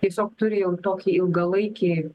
tiesiog turi jau tokį ilgalaikį